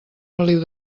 feliu